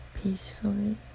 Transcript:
peacefully